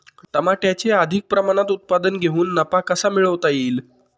टमाट्याचे अधिक प्रमाणात उत्पादन घेऊन नफा कसा मिळवता येईल?